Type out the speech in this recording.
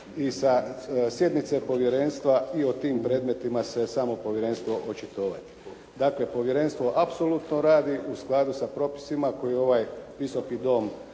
i sa sjednice povjerenstva i o tim predmetima se samo povjerenstvo očitovati. Dakle, povjerenstvo apsolutno radi u skladu sa propisima koje je ovaj Visoki dom